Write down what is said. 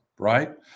Right